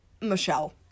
Michelle